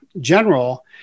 general